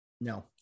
No